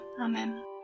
Amen